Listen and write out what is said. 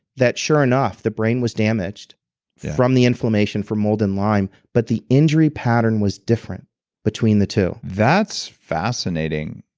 that sure enough the brain was damaged from the inflammation for mold and lyme but the injury pattern was different between the two that's fascinating.